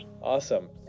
Awesome